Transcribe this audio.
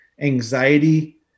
anxiety